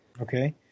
Okay